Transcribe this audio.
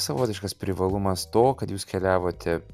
savotiškas privalumas to kad jūs keliavote